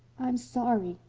i'm sorry.